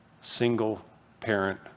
single-parent